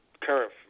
current